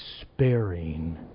sparing